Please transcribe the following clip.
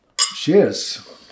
Cheers